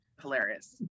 hilarious